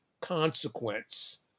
consequence